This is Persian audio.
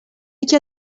یکی